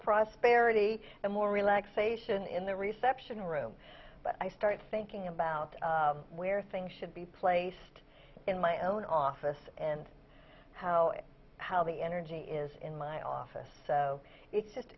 prosperity and more relaxation in the reception room but i start thinking about where things should be placed in my own office and how it how the energy is in my office so it's just